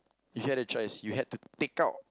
if you had a choice you have to take out